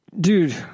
Dude